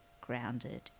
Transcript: grounded